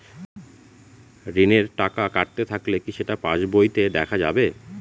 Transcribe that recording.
ঋণের টাকা কাটতে থাকলে কি সেটা পাসবইতে দেখা যাবে?